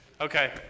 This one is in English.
Okay